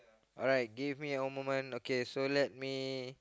alright give me a moment okay so let me